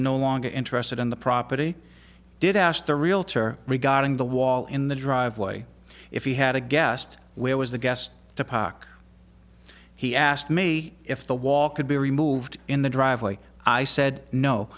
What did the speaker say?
no longer interested in the property did asked the realtor regarding the wall in the driveway if he had a guest where was the guest depok he asked me if the wall could be removed in the driveway i said no